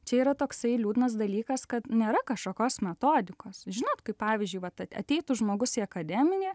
čia yra toksai liūdnas dalykas kad nėra kažkokios metodikos žinot kaip pavyzdžiui vat at ateitų žmogus į akademiją